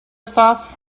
stuff